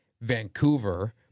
vancouver